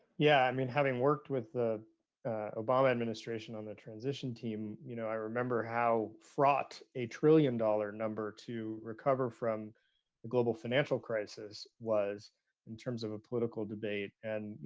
yeah, i mean having worked with the obama administration on the transition team, you know i remember how fraught a trillion-dollar number to recover from the global financial crisis was in terms of a political debate and you